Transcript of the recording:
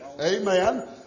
Amen